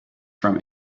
from